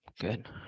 Good